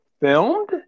filmed